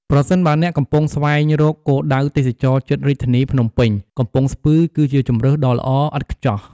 ប្រសិនបើអ្នកកំពុងស្វែងរកគោលដៅទេសចរណ៍ជិតរាជធានីភ្នំពេញ កំពង់ស្ពឺគឺជាជម្រើសដ៏ល្អឥតខ្ចោះ។